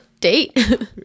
date